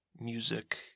music